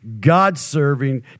God-serving